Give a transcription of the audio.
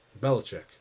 Belichick